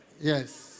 Yes